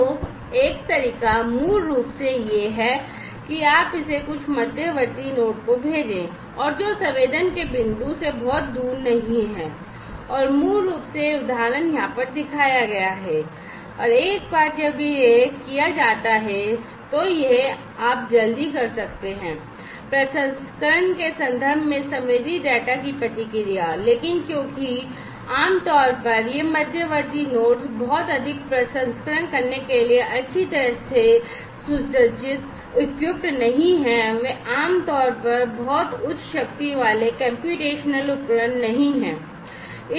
तो एक तरीका मूल रूप से यह है कि आप इसे कुछ मध्यवर्ती नोड को भेजते हैं और जो संवेदन के बिंदु से बहुत दूर नहीं है और मूल रूप से यह उदाहरण यहाँ पर दिखाया गया है और एक बार जब यह किया जाता है तो यह है कि आप जल्दी कर सकते हैं प्रसंस्करण के संदर्भ में संवेदी डेटा की प्रतिक्रिया लेकिन क्योंकि आमतौर पर ये मध्यवर्ती नोड्स बहुत अधिक प्रसंस्करण करने के लिए अच्छी तरह से सुसज्जित उपकरण नहीं हैं